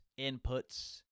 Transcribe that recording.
inputs